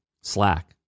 Slack